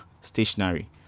stationary